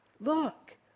Look